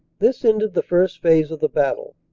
this ended the first phase of the battle.